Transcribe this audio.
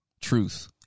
truth